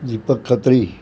Deepak Khatri